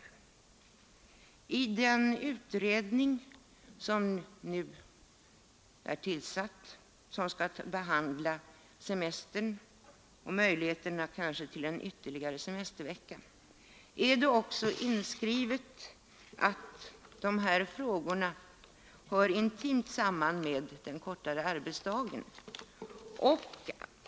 I direktiven till den utredning som nu är tillsatt och som skall behandla semesterfrågor, bl.a. möjligheterna att införa ytterligare en semestervecka, är det också inskrivet att dessa spörsmål hör intimt samman med en förkortning av arbetsdagen.